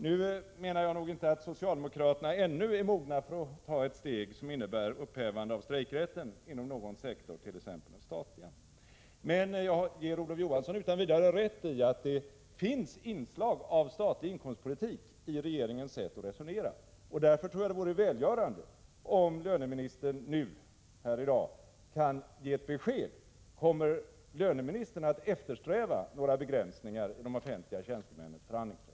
Nu menar jag nog inte att socialdemokraterna ännu är mogna för att ta ett steg som innebär ett upphävande av strejkrätten inom någon sektor —t.ex. inom den statliga sektorn. Jag medger utan vidare att Olof Johansson har rätt när han säger att det finns inslag av statlig inkomstpolitik i regeringens sätt att resonera. Därför tror jag att det skulle vara välgörande om löneministern i dag kunde ge ett besked. Jag frågar således: Kommer löneministern att eftersträva några begränsningar beträffande de offentliga tjänstemännens förhandlingsrätt?